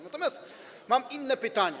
Natomiast mam inne pytanie.